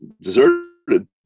deserted